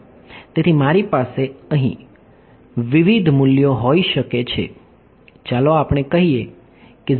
તેથી મારી પાસે અહીં વિવિધ મૂલ્યો હોઈ શકે છે ચાલો આપણે કહીએ કે 0